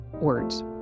words